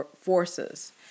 forces